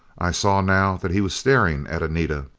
i saw now that he was staring at anita!